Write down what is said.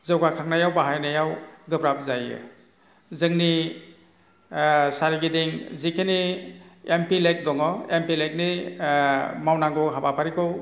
जौगाखांनायाव बाहायनायाव गोब्राब जायो जोंनि सोरगिदिं जिखिनि एम पि इलेक्टेट दङ एम पि इलेक्टनि मावनांगौ हाबाफारिखौ